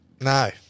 No